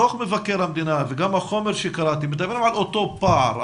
דוח מבקר המדינה וגם החומר שקראתי מדבר על אותו פער,